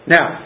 Now